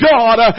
God